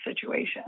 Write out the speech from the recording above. situation